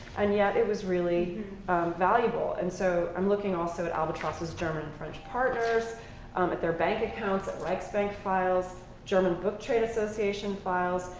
and yet it was really valuable. and so i'm looking also at albatross's german and french partners, at their bank accounts, at reich bank files, german book trade association files.